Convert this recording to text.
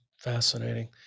fascinating